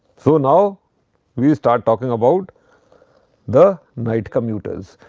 so, now we will start talking about the night commuters,